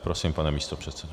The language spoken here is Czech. Prosím, pane místopředsedo.